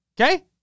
Okay